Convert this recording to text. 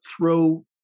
throw